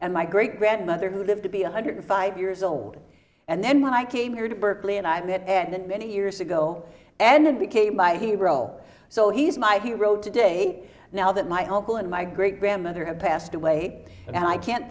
and my great grandmother who lived to be one hundred five years old and then when i came here to berkeley and i met and many years ago and became my hero so he's my hero today now that my uncle and my great grandmother have passed away and i can't